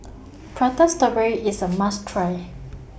Prata Strawberry IS A must Try